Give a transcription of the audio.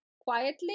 quietly